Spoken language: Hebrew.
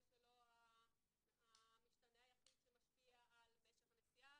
שלא המשתנה היחיד שמשפיע על משך הנסיעה.